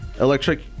Electric